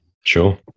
sure